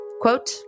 quote